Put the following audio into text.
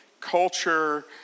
culture